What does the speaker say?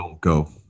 Go